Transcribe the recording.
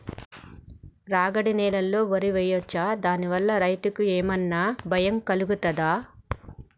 రాగడి నేలలో వరి వేయచ్చా దాని వల్ల రైతులకు ఏమన్నా భయం కలుగుతదా?